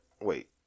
wait